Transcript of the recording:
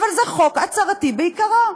אבל זה חוק הצהרתי בעיקרו.